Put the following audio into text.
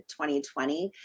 2020